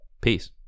Peace